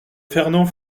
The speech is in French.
fernand